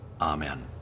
amen